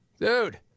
Dude